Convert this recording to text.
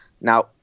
Now